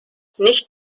nicht